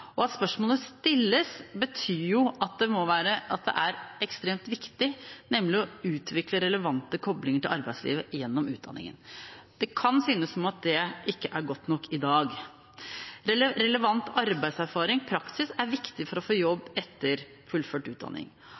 humaniora? At spørsmålet stilles, betyr at det er ekstremt viktig å utvikle relevante koblinger til arbeidslivet gjennom utdanningen. Det kan synes som at det ikke er godt nok i dag. Relevant arbeidserfaring og praksis er viktig for å få jobb etter fullført utdanning.